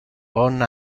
bon